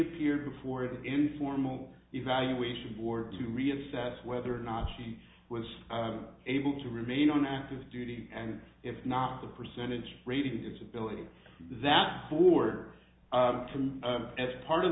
appeared before the informal evaluation board to reassess whether or not she was able to remain on active duty and if not the percentage rate and its ability that for her from as part of